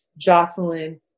Jocelyn